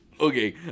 okay